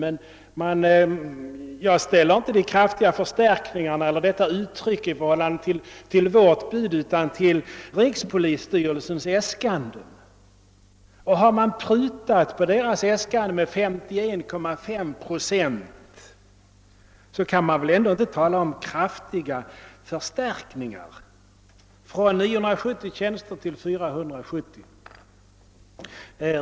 Men jag ställer inte dessa s.k. kraftiga förstärkningar i förhållande till vårt bud utan i förhållande till rikspolisstyrelsens äskanden. När regeringen har prutat på rikspolisstyrelsens äskanden med 51,5 procent, kan man väl inte tala om kraftiga förstärkningar längre. Det innebär ju en minskning från 970 tjänster till 470.